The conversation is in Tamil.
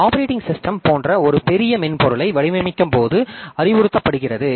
ஆப்பரேட்டிங் சிஸ்டம் போன்ற ஒரு பெரிய மென்பொருளை வடிவமைக்கும்போது அறிவுறுத்தப்படுகிறது